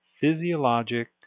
physiologic